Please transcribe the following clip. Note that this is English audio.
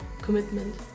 commitment